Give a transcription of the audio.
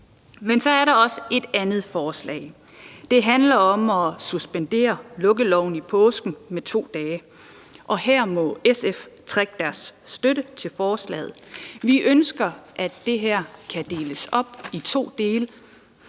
Men så er der også et andet forslag. Det handler om at suspendere lukkeloven i påsken med 2 dage, og her må SF trække sin støtte til forslaget. Vi ønsker, at det her kan deles op i to dele.